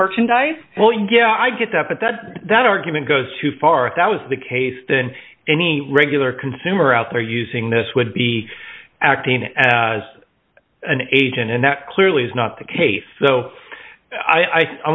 merchandise well i get up at that that argument goes too far if that was the case than any regular consumer out there using this would be acting as an agent and that clearly is not the case so i